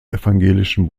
evangelischen